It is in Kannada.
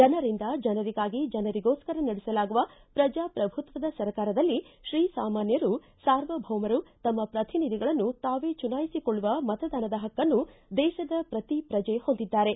ಜನರಿಂದ ಜನರಿಗಾಗಿ ಜನರಿಗೋಸ್ಕರ ನಡೆಸಲಾಗುವ ಪ್ರಜಾಪ್ರಭುತ್ವದ ಸರ್ಕಾರದಲ್ಲಿ ಶ್ರೀಸಾಮಾನ್ಟರು ಸಾರ್ವಭೌಮರು ತಮ್ನ ಪ್ರತಿನಿಧಿಗಳನ್ನು ತಾವೇ ಚುನಾಯಿಸಿಕೊಳ್ಳುವ ಮತದಾನದ ಹಕ್ಕನ್ನು ದೇಶದ ಪ್ರತಿ ಪ್ರಜೆ ಹೊಂದಿದ್ದಾರೆ